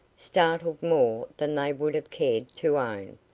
startled more than they would have cared to own,